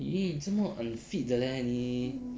!ee! 这么 unfit 的 leh 你